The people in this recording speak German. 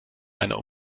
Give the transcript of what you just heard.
einer